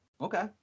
Okay